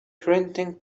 printing